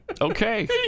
Okay